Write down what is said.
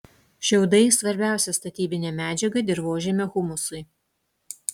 šiaudai svarbiausia statybinė medžiaga dirvožemio humusui